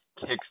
kicks